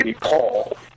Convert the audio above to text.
Paul